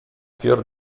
fior